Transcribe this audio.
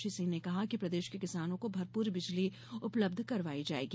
श्री सिंह ने कहा कि प्रदेश के किसानों को भरपूर बिजली उपलब्ध करवाई जायेगी